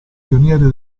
pioniere